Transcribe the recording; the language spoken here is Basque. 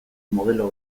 modelo